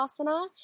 asana